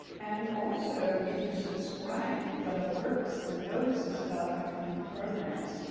and also if you subscribe you get alerts and notices about upcoming programs.